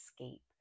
Escape